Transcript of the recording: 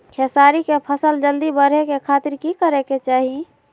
खेसारी के फसल जल्दी बड़े के खातिर की करे के चाही?